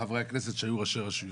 חברי כנסת שהיו ראשי רשויות.